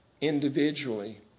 Individually